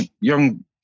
young